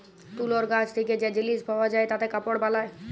তুলর গাছ থেক্যে যে জিলিস পাওয়া যায় তাতে কাপড় বালায়